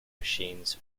machines